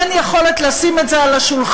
אין יכולת לשים את זה על השולחן.